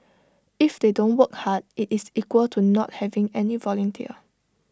if they don't work hard IT is equal to not having any volunteer